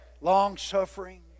Long-suffering